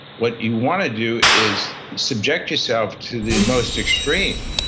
what you want to do is subject yourself to the most extreme.